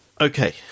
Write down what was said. Okay